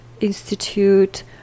Institute